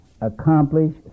accomplish